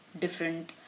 different